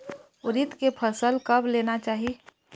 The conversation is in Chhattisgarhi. उरीद के फसल कब लेना चाही?